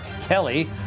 Kelly